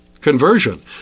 conversion